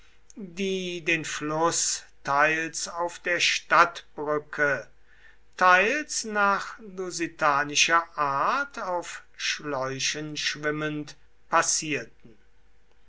die den fluß teils auf der stadtbrücke teils nach lusitanischer art auf schläuchen schwimmend passierten